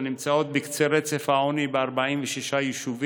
הנמצאות בקצה רצף העוני ב-46 יישובים,